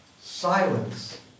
Silence